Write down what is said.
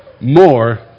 more